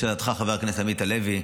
לשאלתך, חבר הכנסת עמית הלוי,